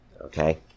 Okay